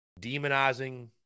demonizing